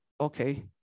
okay